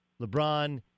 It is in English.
LeBron